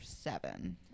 seven